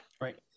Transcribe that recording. right